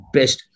Best